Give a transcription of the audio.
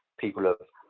people have